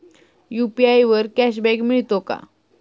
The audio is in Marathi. यु.पी.आय वर कॅशबॅक मिळतो का?